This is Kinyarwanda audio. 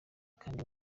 kandi